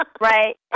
Right